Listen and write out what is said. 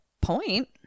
point